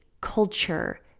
culture